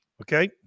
Okay